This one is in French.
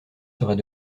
serait